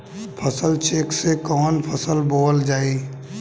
फसल चेकं से कवन फसल बोवल जाई?